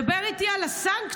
דבר איתי על הסנקציות,